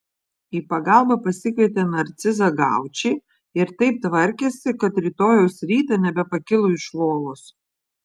į pagalbą pasikvietė narcizą gaučį ir taip tvarkėsi kad rytojaus rytą nebepakilo iš lovos